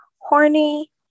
horny